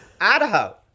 Idaho